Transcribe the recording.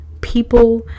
people